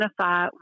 identify